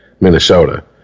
Minnesota